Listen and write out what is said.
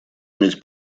иметь